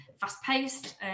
fast-paced